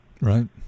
Right